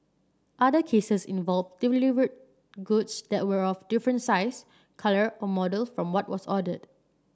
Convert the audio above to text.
other cases involved goods that were of a different size colour or model from what was ordered